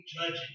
judging